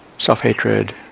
Self-hatred